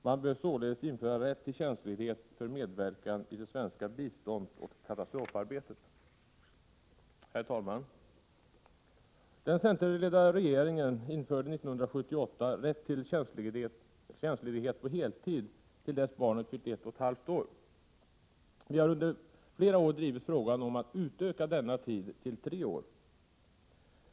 Man bör således införa rätt till tjänstledighet för medverkan i det svenska biståndsoch katastrofarbetet. Herr talman! Den centerledda regeringen införde 1978 rätt till tjänstledighet på heltid till dess barnet fyllt ett och ett halvt år. Vi har under flera år drivit frågan om att utöka denna tid till tre år.